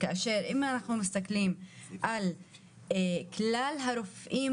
כי אם אנחנו מסתכלים על כלל הרופאים